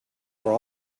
were